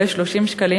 עולה 30 שקלים,